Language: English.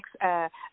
next